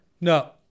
No